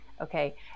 Okay